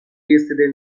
yesterday